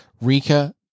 Rika